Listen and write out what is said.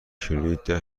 کیلوییده